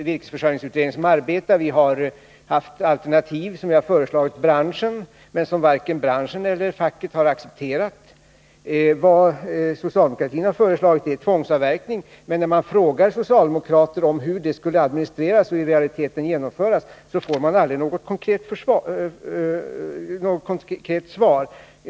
Virkesförsörjningsutredningen arbetar med dessa frågor, och vi har föreslagit alternativ för branschen, som varken branschen eller facket har accepterat. Det socialdemokraterna föreslagit är tvångsavverkning. Men när man frågar socialdemokrater hur den skulle administreras och i realiteten genomföras får man aldrig något konkret svar.